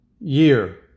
year